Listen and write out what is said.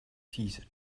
teaser